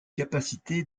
capacité